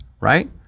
right